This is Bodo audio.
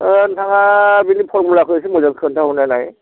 ओ नोंथाङा बेनि फरमुलाखौ एसे मोजाङै खोन्था हरनायलाय